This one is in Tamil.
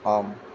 ஆம்